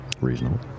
Reasonable